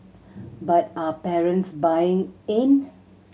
but are parents buying in